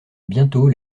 bientôt